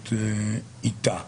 ההתמודדות איתה.